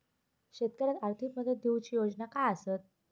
शेतकऱ्याक आर्थिक मदत देऊची योजना काय आसत?